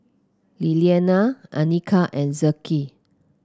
Liliana Anika and Zeke